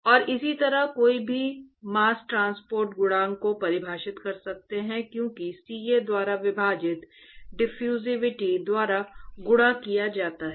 और इसी तरह कोई भी मास्स ट्रांसपोर्ट गुणांक को परिभाषित कर सकता है क्योंकि CA द्वारा विभाजित डिफ्यूजिविटी द्वारा गुणा किया जाता है